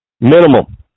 minimum